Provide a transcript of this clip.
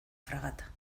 fragata